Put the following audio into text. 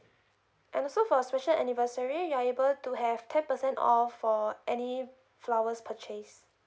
and also for special anniversary you're able to have ten percent off for any flowers purchase